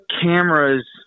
cameras